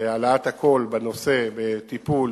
בהעלאת נושא, בטיפול,